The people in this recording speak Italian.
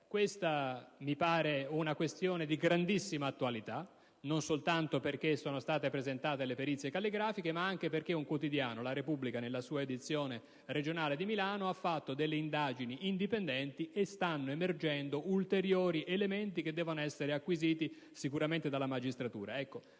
Questa mi pare una questione di grandissima attualità, non soltanto perché sono state presentate le perizie calligrafiche, ma anche perché il quotidiano «la Repubblica», nella sua edizione regionale di Milano, ha condotto delle indagini indipendenti da cui stanno emergendo ulteriori elementi che sicuramente dovranno essere acquisiti dalla magistratura.